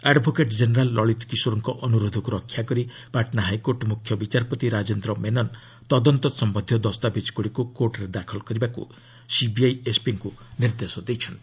advocate general Lalit କିଶୋରଙ୍କ ଅନୁରୋଧକୁ ରକ୍ଷା କରି ପାଟନା ହାଇକୋର୍ଟ ମୁଖ୍ୟ ବିଚାରପତି ରାଜେନ୍ଦ୍ର ମେନନ୍ ତଦନ୍ତ ସମ୍ବନ୍ଧିୟ ଦସ୍ତାବିଜ୍ଗୁଡ଼ିକୁ କୋର୍ଟରେ ଦାଖଲ କରିବାକୁ ସିବିଆଇ ଏସ୍ପିଙ୍କୁ ନିର୍ଦ୍ଦେଶ ଦେଇଛନ୍ତି